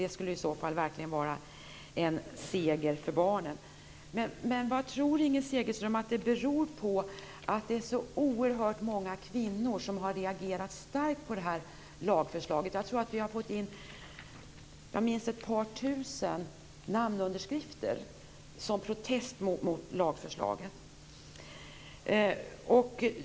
Det skulle i så fall verkligen vara en seger för barnen. Men vad tror Inger Segelström att det beror på att så oerhört många kvinnor har reagerat starkt mot det här lagförslaget? Jag tror att vi har fått in minst ett par tusen namnunderskrifter som protest mot lagförslaget.